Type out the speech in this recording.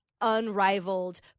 unrivaled